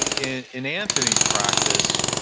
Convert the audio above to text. in in anthony's practice,